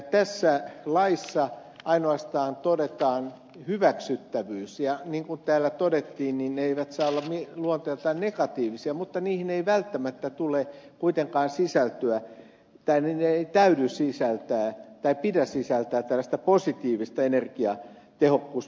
tässä laissa ainoastaan todetaan hyväksyttävyys ja niin kuin täällä todettiin toimet eivät saa olla luonteeltaan negatiivisia mutta niihin ei välttämättä tule kuitenkaan sisältyä tai niiden ei pidä sisältää tällaista positiivista energiatehokkuuspanosta